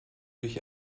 durch